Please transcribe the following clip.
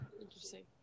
Interesting